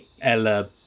Ella